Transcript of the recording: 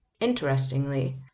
Interestingly